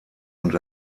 und